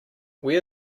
where